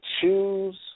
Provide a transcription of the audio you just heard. Choose